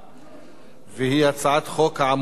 הצעת חוק העמותות (תיקון,